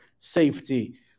safety